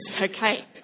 okay